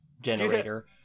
generator